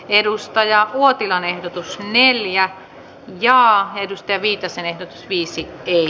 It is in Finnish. edustaja huotilainen neljä ja yritysten viitasen ehdotus viisi ei